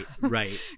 Right